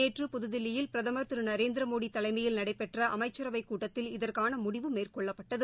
நேற்று புதுதில்லியில் பிரதம் திரு நரேந்திரமோடி தலைமையில் நடைபெற்ற அமைச்சரவைக் கூட்டத்தில் இதற்கான முடிவு மேற்கொள்ளப்பட்டது